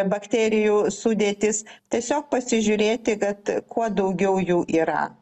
bakterijų sudėtis tiesiog pasižiūrėti kad kuo daugiau jų yra